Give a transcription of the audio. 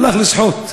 הלך לשחות.